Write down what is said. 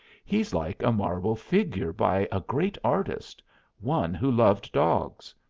he's like a marble figure by a great artist one who loved dogs.